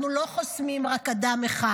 אנחנו לא חוסמים רק אדם אחד,